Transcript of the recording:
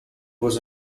was